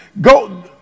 Go